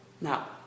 Now